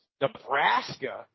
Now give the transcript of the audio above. Nebraska